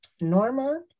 Norma